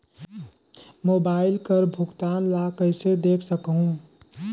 Mobile कर भुगतान ला कइसे देख सकहुं?